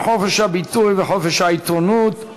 חופש הביטוי וחופש העיתונות),